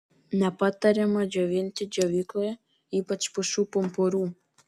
nepatariama džiovinti džiovykloje ypač pušų pumpurų